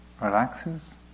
relaxes